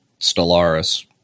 Stellaris